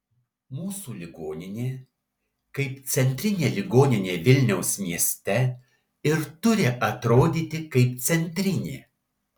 mūsų ligoninė kaip centrinė ligoninė vilniaus mieste ir turi atrodyti kaip centrinė